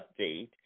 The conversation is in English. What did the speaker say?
update